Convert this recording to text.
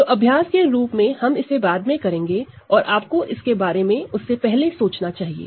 तो अभ्यास के रूप में हम इसे बाद में करेंगे और आपको इसके बारे में उससे पहले सोचना चाहिए